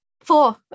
four